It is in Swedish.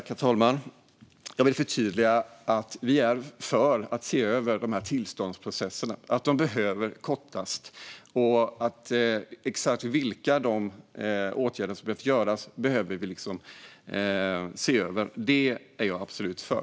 Herr talman! Låt mig förtydliga att vi är för att se över dessa tillståndsprocesser. De behöver kortas. Exakt vilka åtgärder som krävs behöver vi se över, och det är jag absolut för.